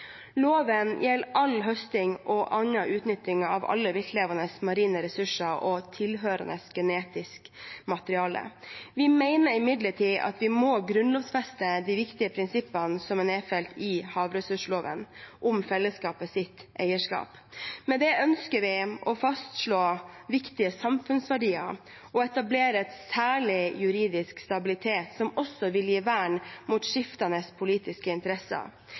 Loven gjelder all høsting og annen utnytting av alle viltlevende marine ressurser og tilhørende genetisk materiale. Vi mener imidlertid at vi må grunnlovfeste de viktige prinsippene som er nedfelt i havressursloven om fellesskapets eierskap. Med det ønsker vi å fastslå viktige samfunnsverdier og etablere en særlig juridiske stabilitet, som også vil gi vern mot skiftende politiske interesser.